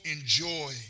enjoy